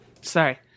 Sorry